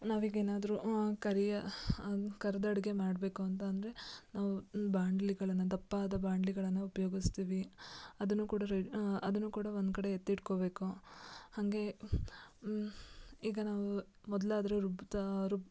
ನಾವೀಗೇನಾದರೂ ಕರಿಯ ಕರೆದಡ್ಗೆ ಮಾಡಬೇಕು ಅಂತ ಅಂದರೆ ನಾವು ಬಾಣಲೆಗಳನ್ನ ದಪ್ಪಾದ ಬಾಣಲೆಗಳನ್ನು ಉಪಯೋಗಿಸ್ತೀವಿ ಅದನ್ನು ಕೂಡ ರೆ ಅದನ್ನು ಕೂಡ ಒಂದ್ಕಡೆ ಎತ್ತಿಟ್ಕೊಳ್ಬೇಕು ಹಾಗೆ ಈಗ ನಾವು ಮೊದಲಾದ್ರು ರುಬ್ಬುತ್ತಾ ರುಬ್ಬಿ